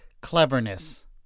cleverness